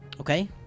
Okay